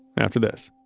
after this